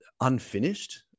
unfinished